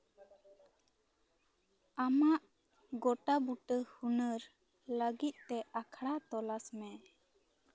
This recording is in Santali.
ᱟᱢᱟᱜ ᱜᱚᱴᱟ ᱵᱩᱴᱟᱹ ᱦᱩᱱᱟᱹᱨ ᱞᱟᱹᱜᱤᱫ ᱛᱮ ᱟᱠᱷᱲᱟ ᱛᱚᱞᱟᱥ ᱢᱮ